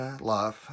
life